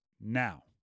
now